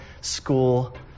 School